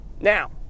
now